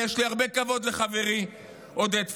ויש לי הרבה כבוד לחברי עודד פורר.